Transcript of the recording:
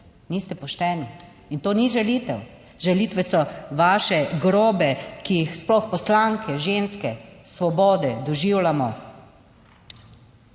niste pošteni in to ni žalitev. Žalitve so vaše grobe, ki jih sploh Poslanke ženske svobode doživljamo